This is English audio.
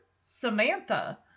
Samantha